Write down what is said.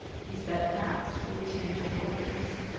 he said at last, with a tinge of reluctance.